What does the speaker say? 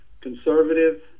conservative